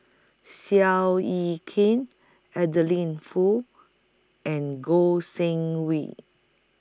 Seow Yit Kin Adeline Foo and Goh Seng Swee